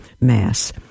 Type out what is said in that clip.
mass